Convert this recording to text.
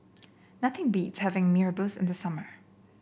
nothing beats having Mee Rebus in the summer